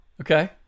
okay